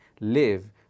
live